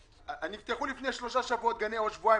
בשניים-שלושה חדרי כושר.